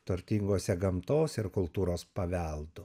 turtinguose gamtos ir kultūros paveldu